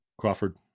Crawford